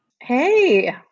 Hey